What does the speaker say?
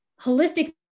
Holistic